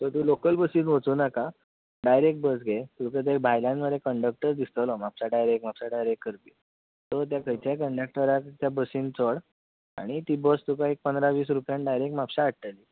so तूं local बसीक वचू नाका डायरेक्ट बस घे थंयसर भायल्यान मरे कंडक्टर दिसतलो म्हापसा डायरेक्ट म्हापसा डायरेक्ट करपी सो त्या खंयच्याय कंडक्टराक त्या बसीन चड आनी ती बस तुका एक पंदरा वीस रूपयान डायरेक्ट म्हापश्यां हाडटली